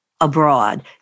abroad